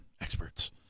experts